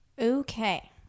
okay